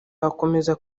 hakomeza